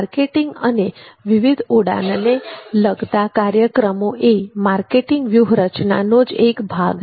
marketing અને વિવિધ ઉડાનને લગતા કાર્યક્રમો એ માર્કેટિંગ વ્યૂહ રચનાનો જ એક ભાગ છે